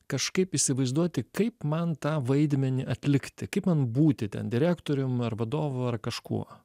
kažkaip įsivaizduoti kaip man tą vaidmenį atlikti kaip man būti ten direktorium ar vadovu ar kažkuo